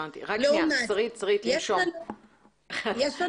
יש לנו